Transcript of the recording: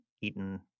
eaten